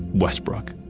westbrook.